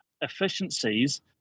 efficiencies